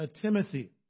Timothy